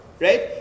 right